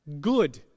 Good